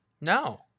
No